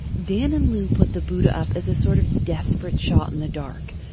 dan and lu put the buddha up as a sort of desperate shot in the dark,